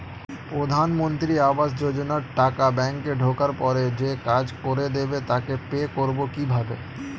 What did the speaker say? প্রধানমন্ত্রী আবাস যোজনার টাকা ব্যাংকে ঢোকার পরে যে কাজ করে দেবে তাকে পে করব কিভাবে?